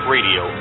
Radio